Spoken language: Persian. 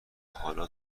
حالا